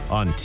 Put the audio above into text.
on